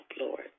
Lord